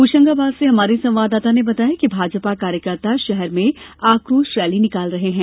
होशंगाबाद से हमारे संवाददाता ने बताया है कि भाजपा कार्यकर्ता शहर में आक़ोश रैली निकाल रहे हैं